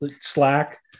slack